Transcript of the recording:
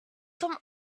some